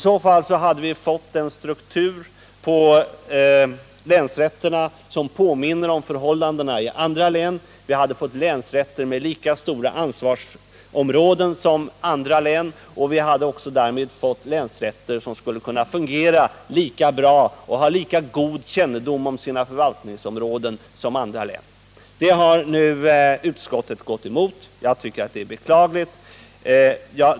Då hade vi fått en struktur på länsrätterna som påminner om förhållandena i andra län, vi hade fått länsrätter med lika stora ansvarsområden som andra län och vi hade därmed också fått länsrätter som skulle kunna fungera lika bra och hade lika god kännedom om sina förvaltningsområden som andra län. Detta har utskottet gått emot. Jag tycker att det är beklagligt.